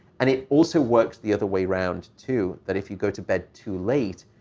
and it also works the other way around, too, that if you go to bed too late,